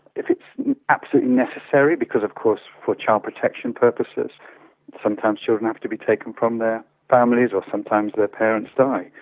if it's absolutely necessary, because of course for child protection purposes sometimes the children have to be taken from their families or sometimes their parents die,